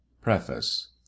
Preface